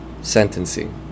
sentencing